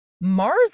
mars